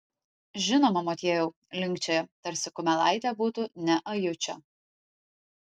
žinoma motiejau linkčioja tarsi kumelaitė būtų ne ajučio